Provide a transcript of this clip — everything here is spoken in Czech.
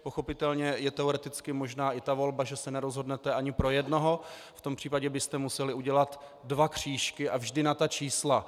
Pochopitelně je teoreticky možná i ta volba, že se nerozhodnete ani pro jednoho, v tom případě byste museli udělat dva křížky, a vždy na ta čísla.